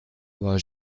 wurde